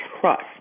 trust